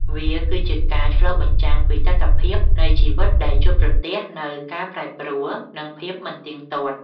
វាគឺជាការឆ្លុះបញ្ចាំងពីតថភាពនៃជីវិតដែលជួបប្រទះនូវការប្រែប្រួល និងភាពមិនទៀងទាត់។